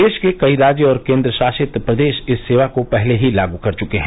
देश के कई राज्य और केन्द्र शासित प्रदेश इस सेवा को पहले ही लागू कर चुके हैं